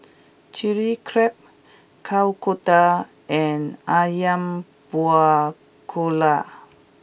Chilli CrabKuih Kodok and Ayam Buah Keluak